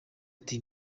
ati